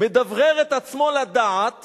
מדברר את עצמו לדעת